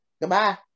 Goodbye